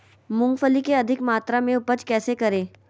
मूंगफली के अधिक मात्रा मे उपज कैसे करें?